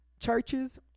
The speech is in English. Churches